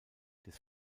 des